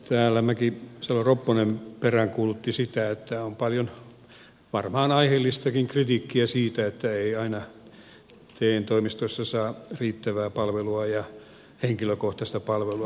täällä mäkisalo ropponen peräänkuulutti sitä että on paljon varmaan aiheellistakin kritiikkiä siitä että ei aina te toimistossa saa riittävää palvelua ja henkilökohtaista palvelua